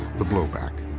the blowback.